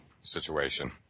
situation